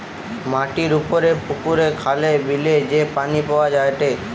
মাটির উপরে পুকুরে, খালে, বিলে যে পানি পাওয়া যায়টে